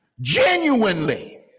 genuinely